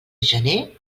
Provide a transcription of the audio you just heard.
gener